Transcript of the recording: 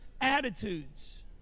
attitudes